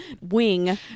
wing